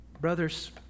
Brothers